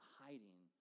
hiding